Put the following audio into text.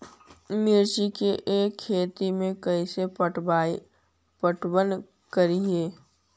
मिर्ची के खेति में कैसे पटवन करवय?